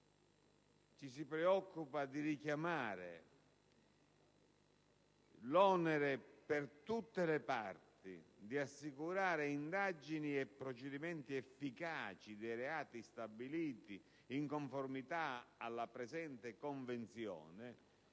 ci si preoccupi di richiamare l'onere per tutte le parti di assicurare indagini e procedimenti efficaci per i reati stabiliti in conformità alla Convenzione